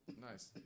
Nice